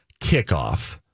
kickoff